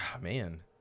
Man